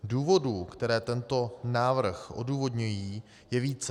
Důvodů, které tento návrh odůvodňují, je více.